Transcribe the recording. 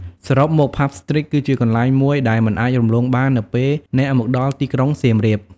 សរុបមក ផាប់ ស្ទ្រីត គឺជាកន្លែងមួយដែលមិនអាចរំលងបាននៅពេលអ្នកមកដល់ទីក្រុងសៀមរាប។